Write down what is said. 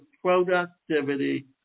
productivity